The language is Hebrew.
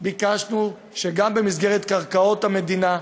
ביקשנו שגם קרקעות המדינה,